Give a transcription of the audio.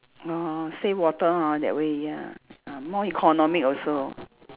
orh save water ha that way ya uh more economic also